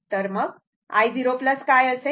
तर मग i 0 काय असेल